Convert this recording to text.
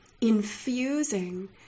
infusing